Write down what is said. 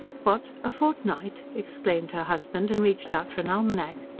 what a fortnight? exclaimed her husband, and reached out for an almanack.